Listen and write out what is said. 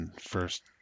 first